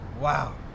Wow